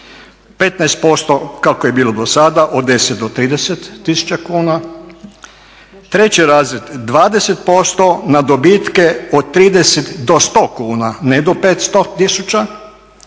15% kako je bilo do sada, od 10 do 30 tisuća kuna. Treći razred, 20% na dobitke od 30 do 100 kuna, ne do 500 tisuća,